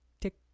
tick